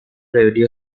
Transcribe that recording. radio